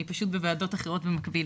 אני פשוט בוועדות אחרות במקביל.